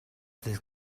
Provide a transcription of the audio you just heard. ddydd